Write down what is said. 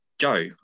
Joe